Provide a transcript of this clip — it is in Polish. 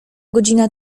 godzina